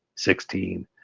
sixteen,